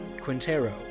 Quintero